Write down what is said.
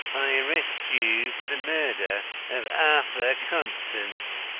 i arrest you for the murder of arthur constant!